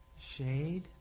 Shade